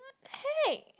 hey